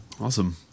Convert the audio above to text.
Awesome